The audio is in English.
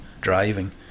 driving